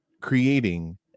creating